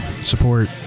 support